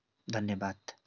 धन्यवाद